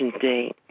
date